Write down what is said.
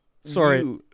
Sorry